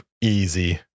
Easy